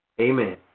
Amen